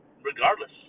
regardless